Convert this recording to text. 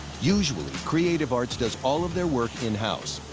usually creative arts does all of their work in-house.